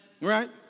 Right